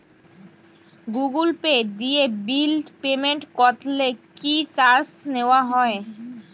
Google Pay দিয়ে bill payment করলে কি চার্জ নেওয়া হয়?